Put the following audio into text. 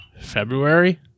February